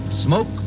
Smoke